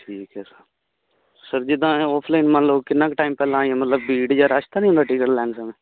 ਠੀਕ ਹੈ sir sir ਜਿੱਦਾਂ ਇਹ ਆਫਲਾਈਨ ਮੰਨ ਲਿਓ ਕਿੰਨਾ ਕੁ ਟਾਈਮ ਪਹਿਲਾਂ ਭੀੜ ਜਾਂ ਰਸ਼ ਤਾਂ ਨਹੀਂ ਹੁੰਦਾ ਟਿਕਟ ਲੈਣ ਸਮੇਂ